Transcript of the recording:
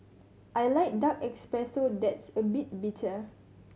I like dark espresso that's a bit bitter